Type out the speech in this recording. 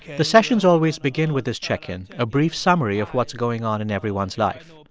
the sessions always begin with his check-in, a brief summary of what's going on in everyone's life.